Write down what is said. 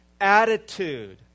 attitude